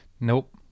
Nope